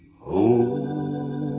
home